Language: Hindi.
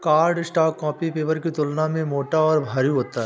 कार्डस्टॉक कॉपी पेपर की तुलना में मोटा और भारी होता है